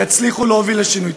יצליחו להוביל לשינוי.